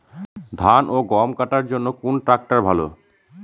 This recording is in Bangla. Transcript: ধান ও গম কাটার জন্য কোন ট্র্যাক্টর ভালো?